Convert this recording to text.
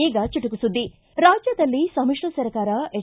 ಈಗ ಚುಟುಕು ಸುದ್ದಿ ರಾಜ್ಯದಲ್ಲಿ ಸಮಿಶ್ರ ಸರ್ಕಾರ ಎಚ್